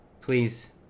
Please